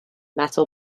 metal